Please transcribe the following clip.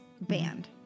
Banned